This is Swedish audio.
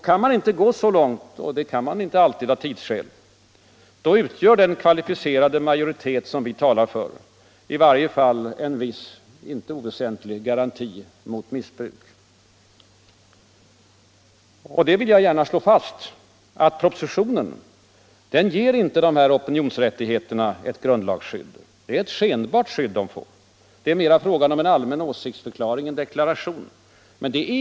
Kan man inte gå så långt — det går inte alltid IC av tidsskäl — utgör den kvalificerade majoriteten som vi talar för i varje = Frioch rättigheter i fall en viss icke oväsentlig garanti mot missbruk. grundlag Och -— det vill jag slå fast — propositionen ger inte opinionsrättigheterna ett grundlagsskydd, utan bara ett skenbart skydd. Det är mera fråga om en allmän åsiktsförklaring, en deklaration.